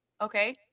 Okay